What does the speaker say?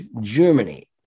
Germany